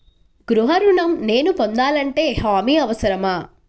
గృహ ఋణం నేను పొందాలంటే హామీ అవసరమా?